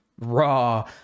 raw